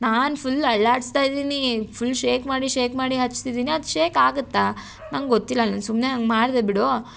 ನಾನು ಫುಲ್ ಅಲ್ಲಾಡಿಸ್ತಾ ಇದ್ದೀನಿ ಫುಲ್ ಶೇಕ್ ಮಾಡಿ ಶೇಕ್ ಮಾಡಿ ಹಚ್ತಿದ್ದೀನಿ ಅದು ಶೇಕ್ ಆಗುತ್ತಾ ನಂಗೆ ಗೊತ್ತಿಲ್ಲ ನಾನು ಸುಮ್ಮನೆ ಹಂಗೆ ಮಾಡಿದೆ ಬಿಡು